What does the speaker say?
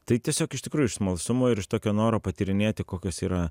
tai tiesiog iš tikrųjų iš smalsumo ir iš tokio noro patyrinėti kokios yra